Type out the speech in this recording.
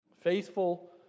faithful